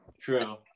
True